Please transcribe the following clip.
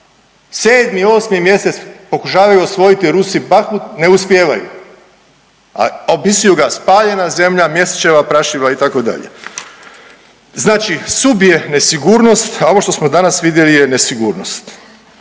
7-8 mjesec pokušavaju osvojiti Rusi Bakhmut ne uspijevaju, a opisuju ga spaljena zemlja, mjesečeva prašina itd. Znači sub je nesigurnost, a ovo što smo danas vidjeli je nesigurnost.